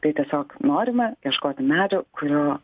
tai tiesiog norime ieškoti medžio kurio